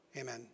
Amen